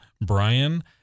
Brian